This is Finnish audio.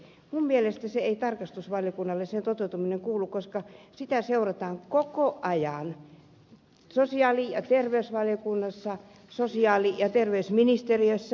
minun mielestäni tarkastusvaliokunnalle ei kuulu sen toteutuminen koska sitä seurataan koko ajan sosiaali ja terveysvaliokunnassa sosiaali ja terveysministeriössä